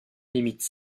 limite